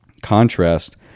contrast